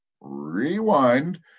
rewind